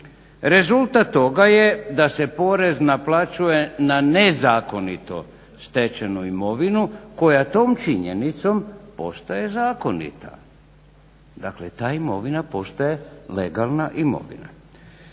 Rezultat toga je da se porez naplaćuje na nezakonito stečenu imovinu koja tom činjenicom postaje zakonita. Dakle, ta imovina postaje legalna imovina.